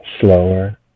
slower